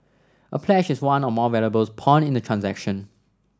a pledge is one or more valuables pawned in a transaction